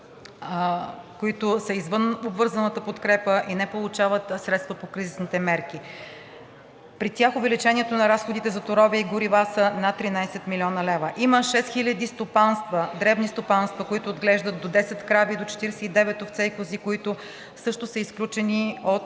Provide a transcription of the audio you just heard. които са извън обвързаната подкрепа и не получават средства по кризисните мерки. При тях увеличението на разходите за торове и горива са над 13 млн. лв. Има 6 хиляди дребни стопанства, които отглеждат до 10 крави и до 49 овце и кози, които също са изключени от